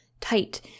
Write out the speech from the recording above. tight